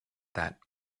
that